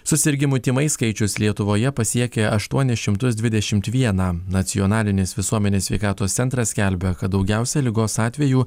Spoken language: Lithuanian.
susirgimų tymais skaičius lietuvoje pasiekė aštuonis šimtus dvidešimt vieną nacionalinis visuomenės sveikatos centras skelbia kad daugiausiai ligos atvejų